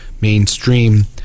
mainstream